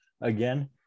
again